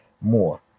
more